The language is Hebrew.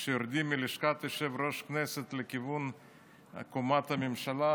כשיורדים מלשכת יושב-ראש הכנסת לכיוון קומת הממשלה,